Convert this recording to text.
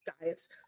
guys